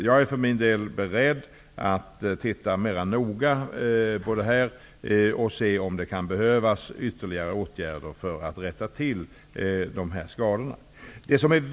Jag är för min del beredd att titta mera noga på det här och se om det kan behövas ytterligare åtgärder för att rätta till skadorna.